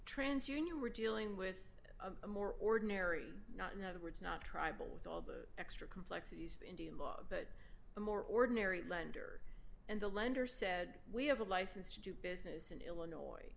trans union we're dealing with more ordinary not in other words not tribal with all the extra complexities of indian law but a more ordinary lender and the lender said we have a license to do business in illinois